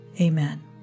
Amen